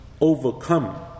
overcome